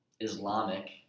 Islamic